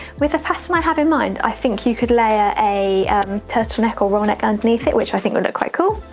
with the pattern i have in mind, i think you could layer a turtleneck or roll-neck underneath it, which i think would look quite cool.